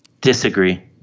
disagree